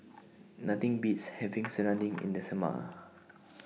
Nothing Beats having Serunding in The Summer